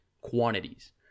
quantities